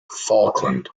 falkland